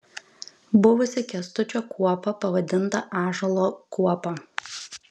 buvusi kęstučio kuopa pavadinta ąžuolo kuopa